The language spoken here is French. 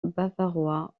bavarois